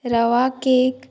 रवा cake